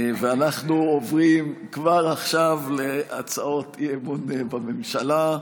ואנחנו עוברים כבר עכשיו להצעות אי-אמון בממשלה.